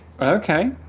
Okay